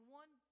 one